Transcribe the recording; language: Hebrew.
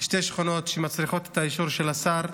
שתי שכונות שמצריכות את האישור של השר.